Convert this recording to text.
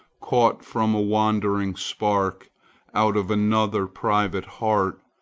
caught from a wandering spark out of another private heart,